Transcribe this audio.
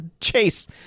chase